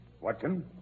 watson